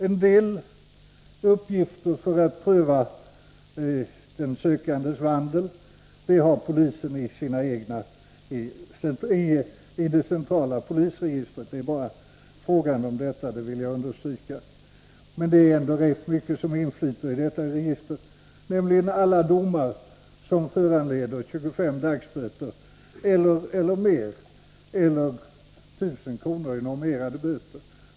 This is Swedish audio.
En del uppgifter för bedömning av den sökandes vandel har polisen i det centrala polisregistret. Jag vill understryka att det bara är fråga om detta. Det är ändå rätt mycket som går in till registret, nämligen alla domar som föranlett straff om lägst 25 dagsböter eller 1 000 kr. i normerade böter.